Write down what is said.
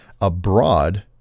abroad